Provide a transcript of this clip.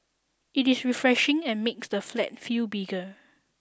it is refreshing and makes the flat feel bigger